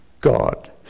God